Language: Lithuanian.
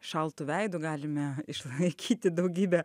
šaltu veidu galime išlaikyti daugybę